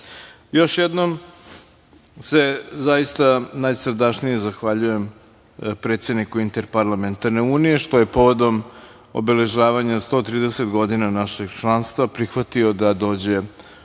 jednom se zaista najsrdačnije zahvaljujem predsedniku Interparlamentarne unije što je povodom obeležavanja 130 godina našeg članstva prihvatio da dođe